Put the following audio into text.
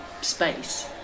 space